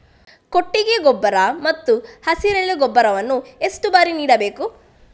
ಕೊಟ್ಟಿಗೆ ಗೊಬ್ಬರ ಮತ್ತು ಹಸಿರೆಲೆ ಗೊಬ್ಬರವನ್ನು ಎಷ್ಟು ಬಾರಿ ನೀಡಬೇಕು?